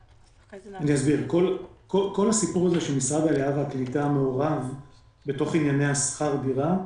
כל האירוע הזה שמשרד העלייה והקליטה מעורב בתוך ענייני שכר הדירה,